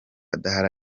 adahari